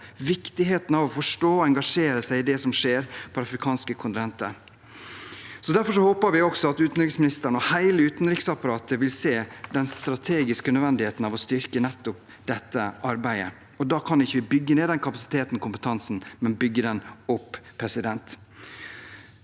av å forstå og engasjere seg i det som skjer på det afrikanske kontinentet. Derfor håper vi at utenriksministeren og hele utenriksapparatet vil se den strategiske nødvendigheten av å styrke nettopp dette arbeidet. Da kan vi ikke bygge ned den kapasiteten og kompetansen – vi må bygge den opp.